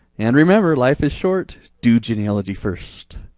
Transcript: and remember, life is short, do genealogy first.